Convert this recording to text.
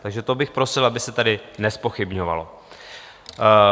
Takže to bych prosil, aby se tady nezpochybňovalo.